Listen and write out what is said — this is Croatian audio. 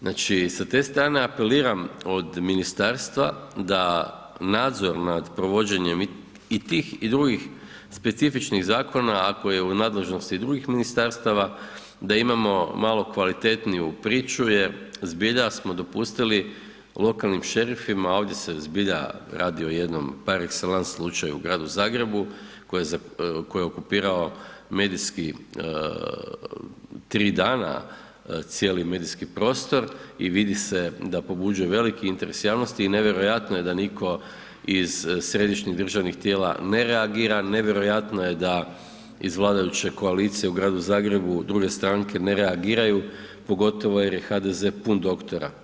Znači sa te strane apeliram od ministarstva da nadzor nad provođenjem i tih i drugih specifičnih zakona, ako je u nadležnosti drugih ministarstava da imamo malo kvalitetniju priču jer zbilja smo dopustili lokalnim šerifima, ovdje se zbilja radi o jednom par excellence slučaju u gradu Zagrebu, koje okupirao medijski tri dana cijeli medijski prostor i vidi se da pobuđuje veliki interes javnosti i nevjerojatno je da nitko iz središnjih državnih tijela ne reagira, nevjerojatno je da iz vladajuće koalicije u gradu Zagrebu druge stranke ne reagiraju pogotovo jer je HDZ pun doktora.